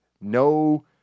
no